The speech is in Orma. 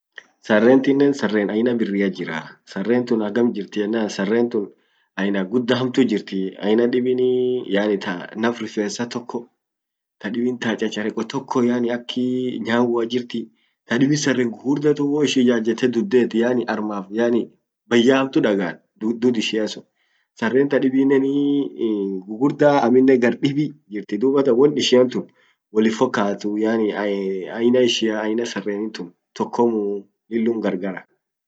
Sarentinen saren aina birriat jiraa